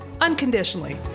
unconditionally